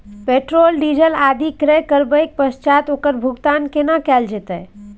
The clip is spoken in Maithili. पेट्रोल, डीजल आदि क्रय करबैक पश्चात ओकर भुगतान केना कैल जेतै?